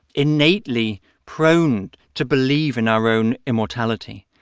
innately prone to believe in our own immortality.